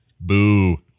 Boo